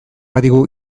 badigu